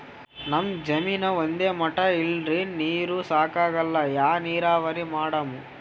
ನಮ್ ಜಮೀನ ಒಂದೇ ಮಟಾ ಇಲ್ರಿ, ನೀರೂ ಸಾಕಾಗಲ್ಲ, ಯಾ ನೀರಾವರಿ ಮಾಡಮು?